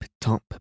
top